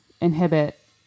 inhibit